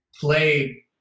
play